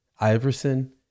Iverson